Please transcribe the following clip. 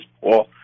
Paul